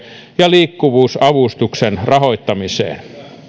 ja liikkuvuusavustuksen rahoittamiseen hallitus sopi